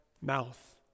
mouth